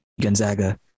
Gonzaga